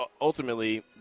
ultimately